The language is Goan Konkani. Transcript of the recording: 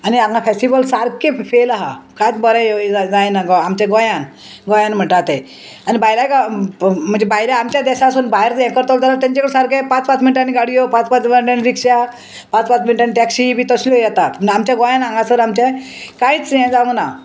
आनी हांगा फेस्टीवल सारके फेल आहा कांयच बरें जायना आमच्या गोंयान गोंयान म्हणटा तें आनी भायल्या गायलें म्हणजे आमच्या देशासून भायर हें करतलो जाल्यार तेंचे कडेन सारकें पांच पांच मिनटांनी गाडयो पांच पांच मिनटान रिक्षा पांच पांच मिनटांनी टॅक्सी बी तसल्यो येतात पूण आमच्या गोंयान हांगासर आमचें कांयच हें जावंक ना